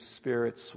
Spirit's